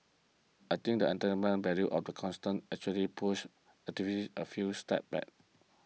I think that entertainment value of the actually pushed activism a few steps back